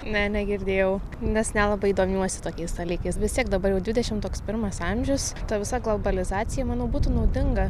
ne negirdėjau nes nelabai domiuosi tokiais dalykais vis tiek dabar jau dvidešim toks pirmas amžius ta visa globalizacija manau būtų naudinga